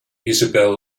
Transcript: isabel